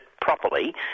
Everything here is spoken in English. properly